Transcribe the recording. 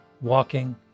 walking